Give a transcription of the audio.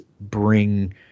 bring